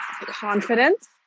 Confidence